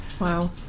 Wow